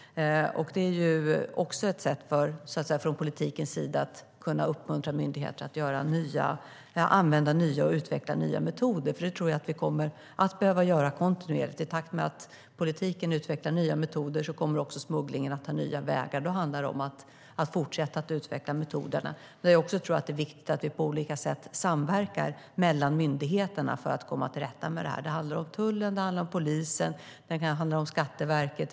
Det är också ett sätt att från politikens sida uppmuntra myndigheter att utveckla och använda nya metoder. Det tror jag att vi kommer att behöva göra kontinuerligt, för i takt med att politiken utvecklar nya metoder kommer smugglingen att ta nya vägar. Då handlar det om att fortsätta att utveckla metoderna. Det är också viktigt att myndigheter samverkar på olika sätt för att komma till rätta med detta. Det handlar om tullen, polisen och Skatteverket.